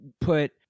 put